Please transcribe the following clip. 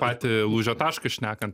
patį lūžio tašką šnekan